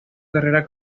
carrera